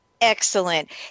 Excellent